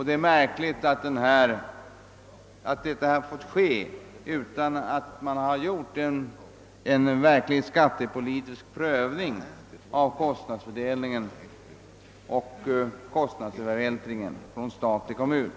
Det är märkligt att detta har fått ske utan att man gjort någon skattepolitisk prövning av kostnadsfördelningen och av kostnadsövervältringen från stat till kommun.